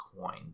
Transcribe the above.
coined